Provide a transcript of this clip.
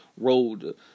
road